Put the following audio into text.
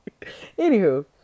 Anywho